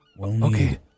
Okay